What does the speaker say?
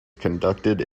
conducted